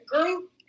group